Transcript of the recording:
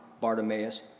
Bartimaeus